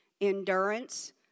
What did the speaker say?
Endurance